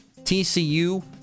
TCU